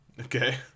Okay